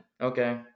Okay